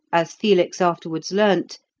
as felix afterwards learnt,